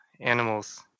animals